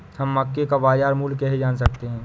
हम मक्के का बाजार मूल्य कैसे जान सकते हैं?